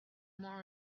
more